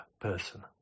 person